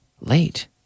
late